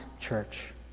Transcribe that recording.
church